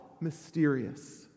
Mysterious